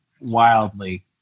wildly